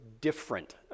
different